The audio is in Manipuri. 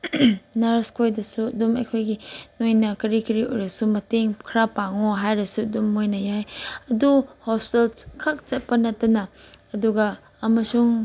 ꯅꯔꯁꯈꯣꯏꯗꯁꯨ ꯑꯗꯨꯝ ꯑꯩꯈꯣꯏꯒꯤ ꯅꯣꯏꯅ ꯀꯔꯤ ꯀꯔꯤ ꯑꯣꯏꯔꯁꯨ ꯃꯇꯦꯡ ꯈꯔ ꯄꯥꯡꯉꯣ ꯍꯥꯏꯔꯁꯨ ꯑꯗꯨꯝ ꯃꯣꯏꯅ ꯌꯥꯏ ꯑꯗꯨ ꯍꯣꯁꯄꯤꯇꯥꯜ ꯈꯛ ꯆꯠꯄ ꯅꯠꯇꯅ ꯑꯗꯨꯒ ꯑꯃꯁꯨꯡ